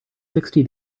sixty